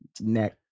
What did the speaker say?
neck